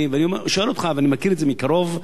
אני שואל אותך, ואני מכיר את זה מקרוב,